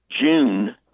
June